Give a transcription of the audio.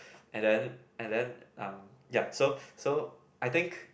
and then and then um ya so so I think